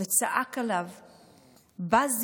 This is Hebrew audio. וצעק עליו בזירה: